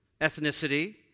ethnicity